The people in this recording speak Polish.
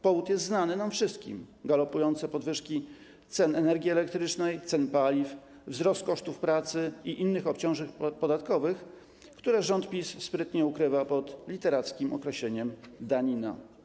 Powód jest znany nam wszystkim - galopujące podwyżki cen energii elektrycznej, cen paliw, wzrost kosztów pracy i innych obciążeń podatkowych, które rząd PiS sprytnie ukrywa pod literackim określeniem „danina”